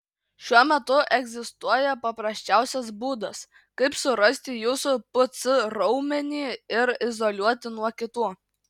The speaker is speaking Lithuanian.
šiuo metu egzistuoja paprasčiausias būdas kaip surasti jūsų pc raumenį ir izoliuoti nuo kitų